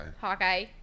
Hawkeye